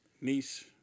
niece